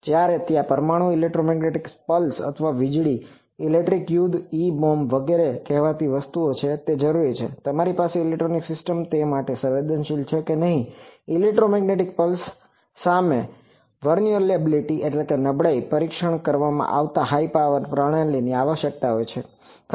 જ્યારે ત્યાં પરમાણુ ઇલેક્ટ્રોમેગ્નેટિક પલ્સ અથવા વીજળી ઇલેક્ટ્રોનિક યુદ્ધ ઇ બોમ્બ વગેરે કહેવાતી વસ્તુ છે તે જરૂરી છે કે તમારી ઇલેક્ટ્રોનિક સિસ્ટમ તે માટે સંવેદનશીલ છે કે નહીં ઇલેક્ટ્રોમેગ્નેટિક પલ્સ સામે વ્યુંનેરેબીલીટીvulnerabilityનબળાઈ પરીક્ષણ કરવામાં હાય પાવર પ્રણાલીઓની આવશ્યકતા હોય આવે છે